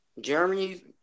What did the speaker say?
Germany